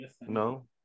no